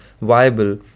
viable